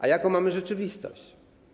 A jaką mamy rzeczywistość?